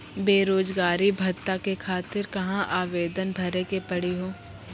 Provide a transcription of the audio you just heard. बेरोजगारी भत्ता के खातिर कहां आवेदन भरे के पड़ी हो?